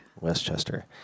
Westchester